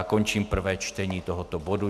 Končím prvé čtení tohoto bodu.